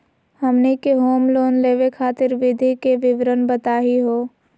हमनी के home loan लेवे खातीर विधि के विवरण बताही हो?